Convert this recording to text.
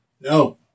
No